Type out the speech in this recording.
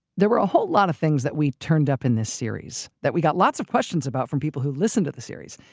there were a whole lot of things that we turned up in this series that we got lots of questions about from people who listened to the series.